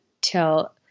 till